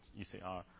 ECR